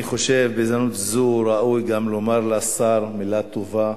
אני חושב שבהזדמנות זו ראוי גם לומר לשר מלה טובה,